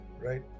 right